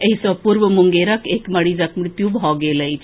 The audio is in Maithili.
एहि सँ पूर्व मुंगेरक एक मरीजक मृत्यु भऽ गेल अछि